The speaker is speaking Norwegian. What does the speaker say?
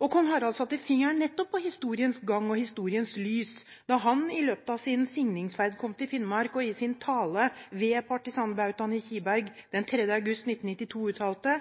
på historiens gang og historiens lys da han i løpet av sin signingsferd kom til Finnmark og i sin tale ved partisanbautaen i Kiberg den 3. august 1992 uttalte: